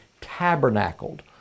tabernacled